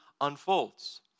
unfolds